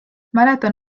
mäletan